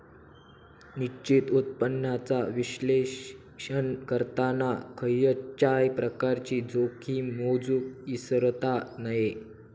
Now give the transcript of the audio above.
निश्चित उत्पन्नाचा विश्लेषण करताना खयच्याय प्रकारची जोखीम मोजुक इसरता नये